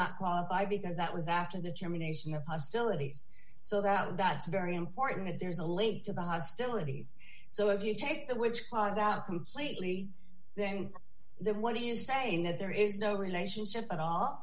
not qualify because that was after the germination of hostilities so that that's very important that there's a link to the hostilities so if you take the witch plans out completely then then what are you saying that there is no relationship at all